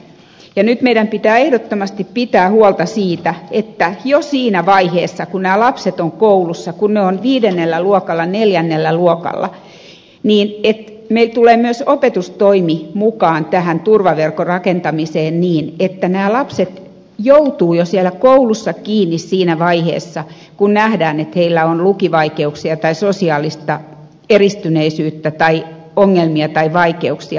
nyt meidän pitää ehdottomasti pitää huolta siitä että jo siinä vaiheessa kun nämä lapset ovat koulussa kun he ovat viidennellä luokalla neljännellä luokalla meillä tulee myös opetustoimi mukaan tähän turvaverkon rakentamiseen niin että nämä lapset joutuvat jo siellä koulussa kiinni siinä vaiheessa kun nähdään että heillä on lukivaikeuksia tai sosiaalista eristyneisyyttä tai ongelmia tai vaikeuksia